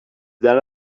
that